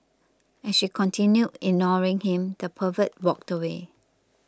as she continued ignoring him the pervert walked away